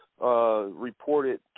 Reported